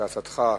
כעצתך,